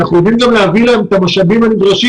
אנחנו גם יודעים להביא להם את המשאבים הנדרשים.